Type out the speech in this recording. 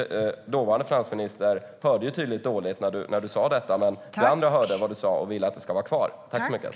Dåvarande finansministern hörde tydligen dåligt när du sa detta. Men vi andra hörde när du sa att du ville att det skulle vara kvar.